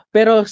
Pero